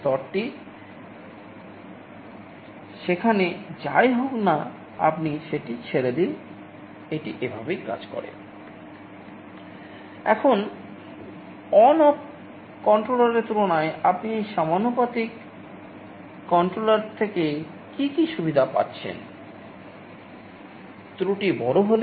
স্তরটি সেখানে যাই হোক না আপনি সেটি ছেড়ে দিন এটি এইভাবে কাজ করে